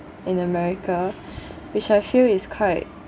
in america which I feel is quite